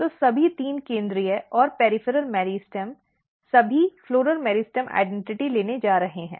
तो सभी तीन केंद्रीय और पॅरिफ़ॅरॅल मेरिस्टेम सभी फ़्लॉरल मेरिस्टेम पहचान लेने जा रहे हैं